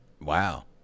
Wow